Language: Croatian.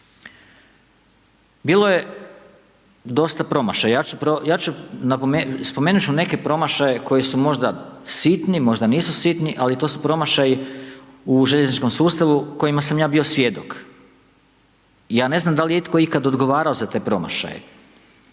Bilo je dosta promašaja, spomenut ću neke promašaje koji su možda sitni, možda nisu sitni ali to su promašaji u željezničkom sustavu kojima sam ja bio svjedok. Ja ne znam dal' je ikad itko odgovarao za te promašaje.